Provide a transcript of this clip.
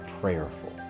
prayerful